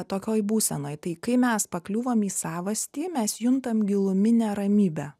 tokioj būsenoj tai kai mes pakliūvam į savastį mes juntam giluminę ramybę